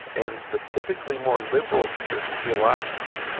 and the typically more liberal churches, theologically,